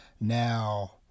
Now